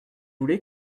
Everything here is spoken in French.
voulez